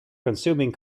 consuming